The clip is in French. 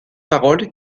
paroles